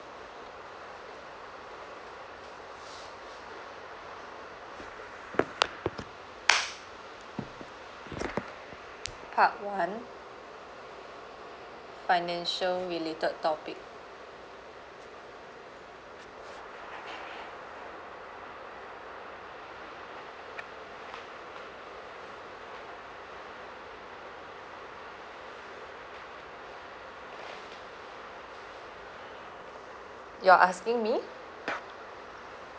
part one financial related topic you are asking me